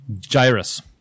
Gyrus